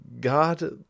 God